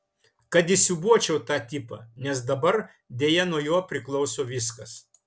kad įsiūbuočiau tą tipą nes dabar deja nuo jo priklauso viskas